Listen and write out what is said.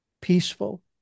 peaceful